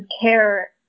care